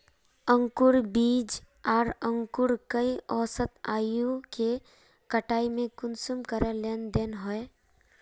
अंकूर बीज आर अंकूर कई औसत आयु के कटाई में कुंसम करे लेन देन होए?